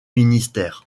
ministère